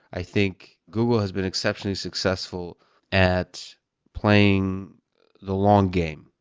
i think google has been exceptionally successful at playing the long game,